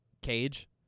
Cage